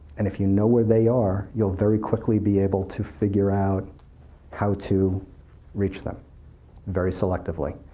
and if you know where they are, you'll very quickly be able to figure out how to reach them very selectively.